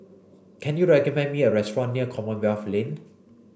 can you recommend me a restaurant near Commonwealth Lane